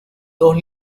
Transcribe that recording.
dos